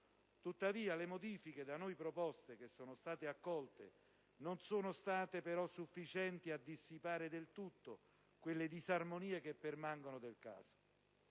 atto. Le modifiche da noi proposte che sono state accolte non sono state però sufficienti a dissipare del tutto quelle disarmonie che permangono nel testo.